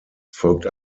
folgt